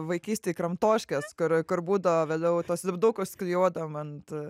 vaikystėj kramtoškės kur kur būdavo vėliau tuos lipdukus klijuodavom ant